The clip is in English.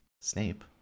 Snape